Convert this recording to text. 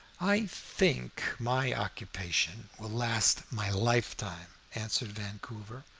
i think my occupation will last my life-time, answered vancouver,